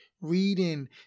reading